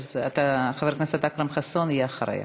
אז חבר הכנסת אכרם חסון יהיה אחריה.